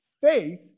Faith